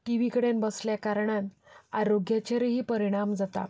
T V कडेन बसल्लया कारणान आरोग्याचेरूय परिणाम जाता